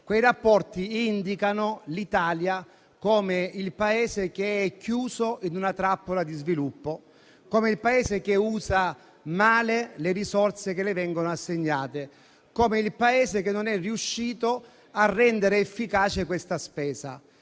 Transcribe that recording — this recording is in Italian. Quei rapporti indicano l'Italia come il Paese che è chiuso in una trappola di sviluppo, come il Paese che usa male le risorse che gli vengono assegnate, come il Paese che non è riuscito a rendere efficace questa spesa.